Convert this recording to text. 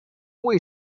way